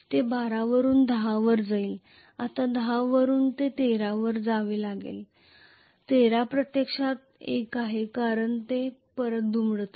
ते 12 वरून 10 वर जाईल आता 10 वरून ते 13 वर जावे लागेल 13 प्रत्यक्षात 1 आहे कारण ते परत दुमडत आहे